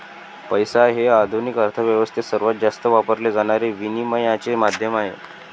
पैसा हे आधुनिक अर्थ व्यवस्थेत सर्वात जास्त वापरले जाणारे विनिमयाचे माध्यम आहे